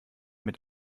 mit